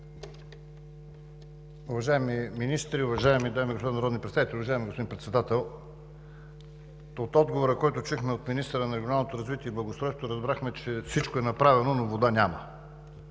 Уважаеми министри, уважаеми дами и господа народни представители, уважаеми господин Председател! От отговора, който чухме от министъра на регионалното развитие и благоустройството, разбрахме, че всичко е направено, но вода няма.